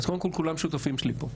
כולם שותפים שלי פה.